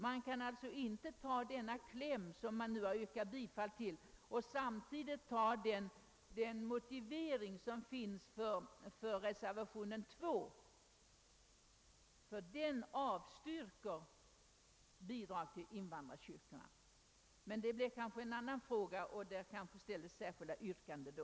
Vi kan således inte bifalla den kläm som det har yrkats bifall till och samtidigt bifalla den motivering som finns i reservationen 2, ty i den senare avstyrks bidrag till invandrarkyrkorna. Men det blir en annan fråga, och det kanske kommer att framställas andra yrkanden.